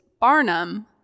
barnum